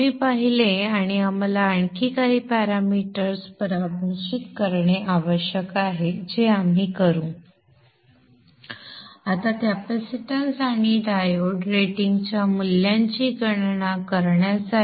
आम्ही पाहिले आणि आम्हाला आणखी काही पॅरामीटर्स परिभाषित करणे आवश्यक आहे जे आपण करू आता कॅपेसिटन्स आणि डायोड रेटिंगच्या मूल्यांची गणना करण्यासाठी